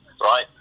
right